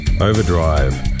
Overdrive